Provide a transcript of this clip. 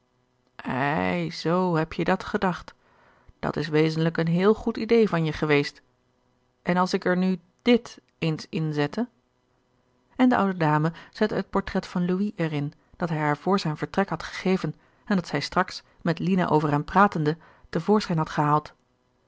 ei zoo heb je dat gedacht dat is wezenlijk een heel goed idée van je geweest en als ik er nu dit eens inzette en de oude dame zette het portret van louis er in dat hij haar vr zijn vertrek had gegeven en dat zij straks met lina over hem pratende te voorschijn had gehaald